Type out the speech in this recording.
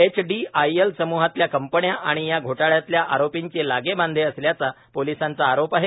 HDIL समूहातल्या कंपन्या आणि या घोटाळ्यातल्या आरोपिंचे लागेबांधे असल्याची पोलिसांचा आरोप आहे